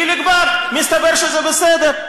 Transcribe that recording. חיליק בר, מסתבר שזה בסדר.